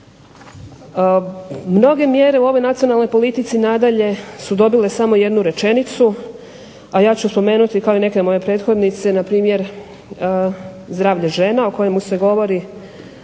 Mnoge mjere u ovoj nacionalnoj politici nadalje su dobile samo jednu rečenicu, a ja ću spomenuti kao i neke moje prethodnice na primjer zdravlje žena o kojemu se govori